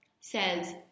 says